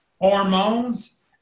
hormones